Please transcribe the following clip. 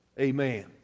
Amen